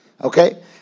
Okay